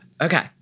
Okay